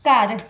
ਘਰ